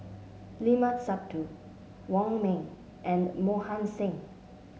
Limat Sabtu Wong Ming and Mohan Singh